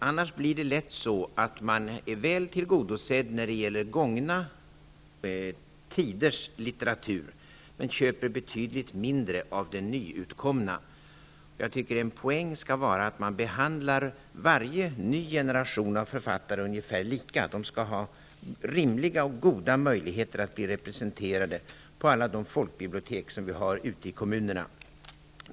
Annars blir det lätt så att man är väl tillgodosedd när det gäller gångna tiders litteratur, men köper betydligt mindre av den nyutkomna. Jag tycker att en poäng skall vara att man behandlar varje ny generation av författare ungefär lika. De skall ha rimliga och goda möjligheter att bli representerade på alla de folkbibliotek som finns ute i kommunerna.